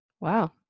Wow